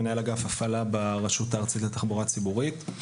מנהל אגף הפעלה ברשות הארצית לתחבורה ציבורית.